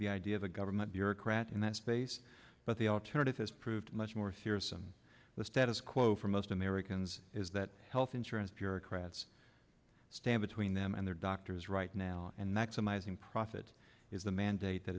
the idea of a government bureaucrat in that space but the alternative has proved much more fearsome the status quo for most americans is that health insurance bureaucrats stand between them and their doctors right now and maximizing profits is the man that